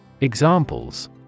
Examples